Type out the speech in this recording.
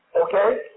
Okay